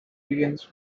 begins